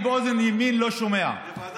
כל יום שלישי ב-07:30 אנחנו פותחים את